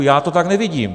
Já to tak nevidím.